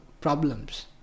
problems